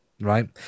right